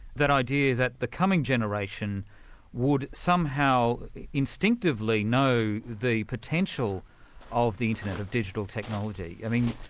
that idea that the coming generation would somehow instinctively know the potential of the internet, of digital technology. i mean,